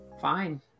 fine